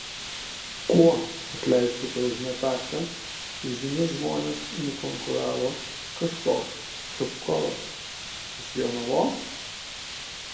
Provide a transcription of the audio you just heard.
kuo atleiskite už netaktą įžymius žmones nukonkuravo kažkoks čupkovas iš jonavos